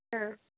ಹಾಂ